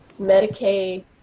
Medicaid